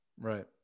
Right